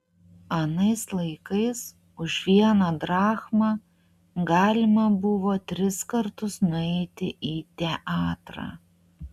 anais laikais už vieną drachmą galima buvo tris kartus nueiti į teatrą